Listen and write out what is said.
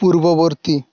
পূর্ববর্তী